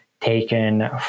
taken